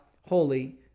holy